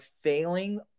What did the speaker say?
failing